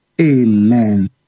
Amen